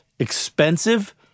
expensive